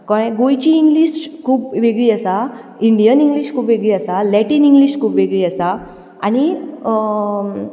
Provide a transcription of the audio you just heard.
गोंयची इंग्लीश खूब वेगळी आसा इंडियन इंग्लीश खूब वेगळी आसा लॅटीन इंग्लीश खूब वेगळी आसा आनी